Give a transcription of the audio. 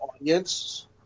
audience